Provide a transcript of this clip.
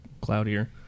cloudier